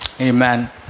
amen